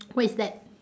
what is that